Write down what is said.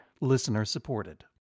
Listener-supported